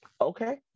okay